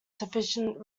sufficient